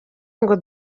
ngo